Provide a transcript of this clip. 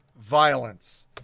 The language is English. violence